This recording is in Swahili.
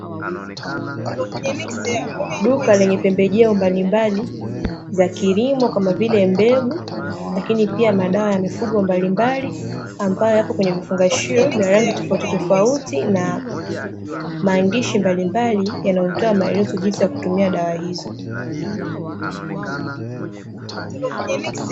Duka lenye pembejeo mbalimbali, za kilimo kama vile mbegu lakini pia madawa ya mifugo mbalimbali, ambayo yapo kwenye vifungashio vya rangi tofautitofauti na maandishi mbalimbali yanayotoa maelezo ya jinsi ya kutumia dawa hizo.